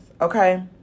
okay